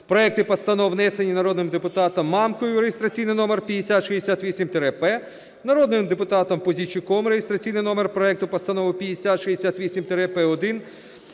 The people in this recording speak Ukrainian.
проекти постанов внесені народним депутатом Мамкою (реєстраційний номер 5068-П), народним депутатом Пузійчуком (реєстраційний номер проекту Постанови 5068-П1),